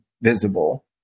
visible